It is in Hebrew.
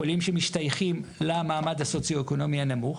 חולים שמשתייכים למעמד סוציו-אקונומי הנמוך,